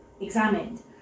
examined